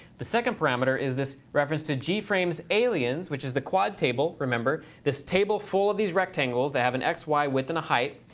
the second parameter is this reference to gframes aliens, which is the quad table, remember. this table full of these rectangles that have an x, y, width, and a height.